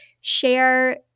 share